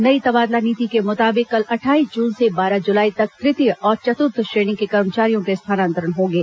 नई तबादला नीति के मुताबिक कल अट्ठाईस जून से बारह जुलाई तक तृतीय और चतुर्थ श्रेणी के कर्मचारियों के स्थानांतरण होंगे